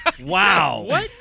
wow